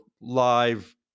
live